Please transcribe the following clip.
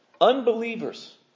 Unbelievers